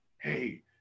hey